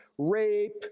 rape